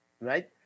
right